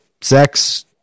sex